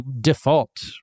default